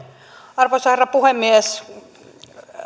arvoisa herra puhemies